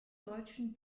deutschen